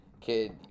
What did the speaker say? kid